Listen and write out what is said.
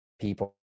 people